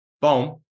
Boom